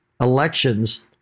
elections